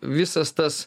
visas tas